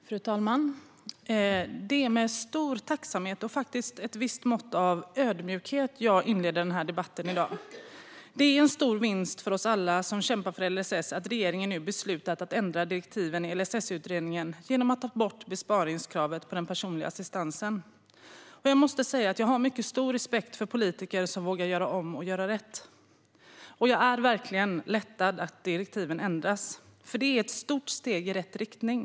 Fru talman! Det är med stor tacksamhet och med ett visst mått av ödmjukhet jag inleder debatten i dag. Det är en stor vinst för oss alla som kämpar för LSS att regeringen nu beslutat att ändra direktiven i LSS-utredningen genom att ta bort besparingskravet på den personliga assistansen. Jag har mycket stor respekt för politiker som vågar göra om och göra rätt. Och jag är verkligen lättad att direktiven ändras. Det är ett stort steg i rätt riktning.